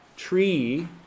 tree